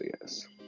yes